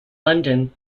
london